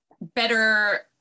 better